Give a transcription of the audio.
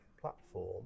platform